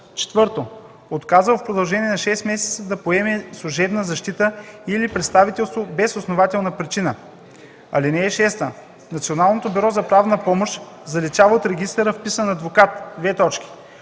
помощ; 4. отказал в продължение на 6 месеца да поеме служебна защита или представителство без основателни причини. (6) Националното бюро за правна помощ заличава от регистъра вписан адвокат: 1.